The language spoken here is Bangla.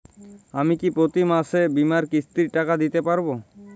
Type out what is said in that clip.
আমি কি প্রতি মাসে বীমার কিস্তির টাকা দিতে পারবো?